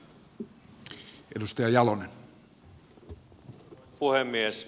arvoisa puhemies